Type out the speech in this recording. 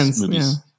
movies